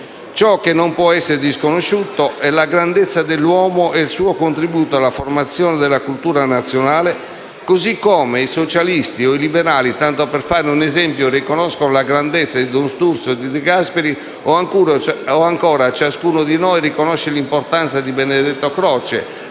Ciò che non può essere disconosciuto è la grandezza dell'uomo e il suo contributo alla formazione della cultura nazionale, così come i socialisti o i liberali, tanto per fare un esempio, riconoscono la grandezza di don Sturzo o di De Gasperi o, ancora, ciascuno di noi riconosce l'importanza di Benedetto Croce